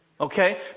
Okay